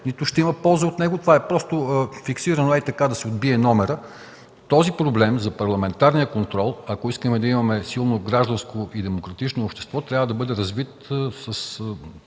нито ще има полза от него. Той е фиксиран хей така – просто да се отбие номерът. Този проблем – за парламентарния контрол, ако искаме да имаме силно гражданско и демократично общество, трябва да бъде развит